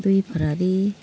दुई फेब्रुअरी